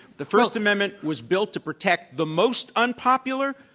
the first amendment was built to protect the most unpopular,